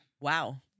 wow